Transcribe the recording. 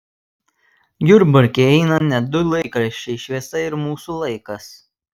jurbarke eina net du laikraščiai šviesa ir mūsų laikas